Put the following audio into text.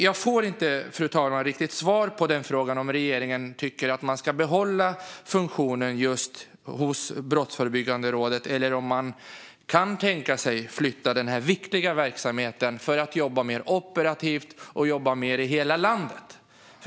Jag får inte riktigt svar på frågan om regeringen tycker att man ska behålla funktionen hos Brottsförebyggande rådet eller om man kan tänka sig att flytta denna viktiga verksamhet för att jobba mer operativt och jobba mer i hela landet.